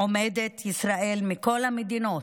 עומדת ישראל, מכל המדינות,